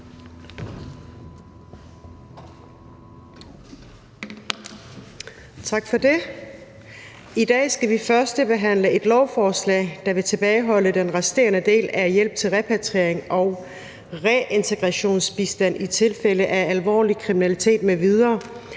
Tak for det. I dag skal vi førstebehandle et lovforslag, der vil tilbageholde den resterende del af hjælp til repatriering og reintegrationsbistand i tilfælde af alvorlig kriminalitet m.v.